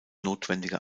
notwendige